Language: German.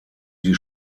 die